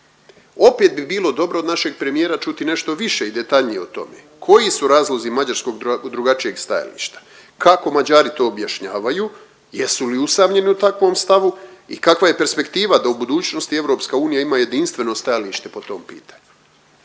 Opet bi bilo dobro od našeg premijera čuti nešto više i detaljnije o tome. Koji su razlozi mađarskog drugačijeg stajališta? Kako Mađari to objašnjavaju? Jesu li usamljeni u takvom stavu i kakva je perspektiva da u budućnosti EU ima jedinstveno stajalište po tom pitanju?